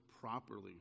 properly